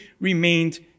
remained